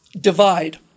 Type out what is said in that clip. divide